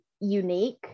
unique